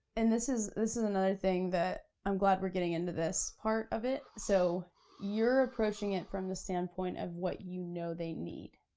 and this is this is another thing that i'm glad we're getting into this part of it, so you're approaching it from the standpoint of what you know they need